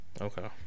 okay